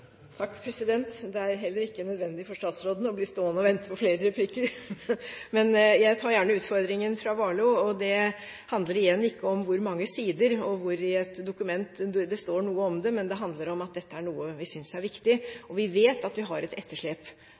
Det er heller ikke nødvendig for statsråden å bli stående og vente på flere replikker! Jeg tar gjerne utfordringen fra representanten Warloe. Det handler igjen ikke om hvor mange sider eller hvor i et dokument det står noe om det, men det handler om at dette er noe vi synes er viktig. Vi vet at vi har et etterslep